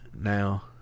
now